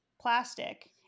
plastic